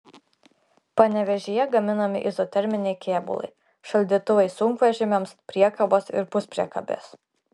panevėžyje gaminami izoterminiai kėbulai šaldytuvai sunkvežimiams priekabos ir puspriekabės